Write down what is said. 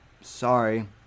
sorry